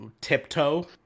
tiptoe